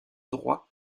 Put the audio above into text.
droit